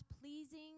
pleasing